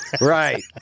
right